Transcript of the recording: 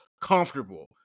comfortable